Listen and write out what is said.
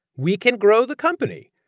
we can grow the company.